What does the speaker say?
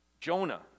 Jonah